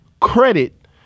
credit